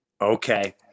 Okay